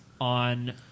on